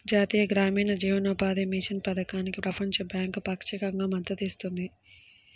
జాతీయ గ్రామీణ జీవనోపాధి మిషన్ పథకానికి ప్రపంచ బ్యాంకు పాక్షికంగా మద్దతు ఇస్తుంది